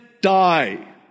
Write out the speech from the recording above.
die